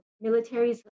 military's